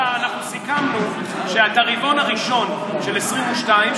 אנחנו סיכמנו שאת הרבעון הראשון של 2022,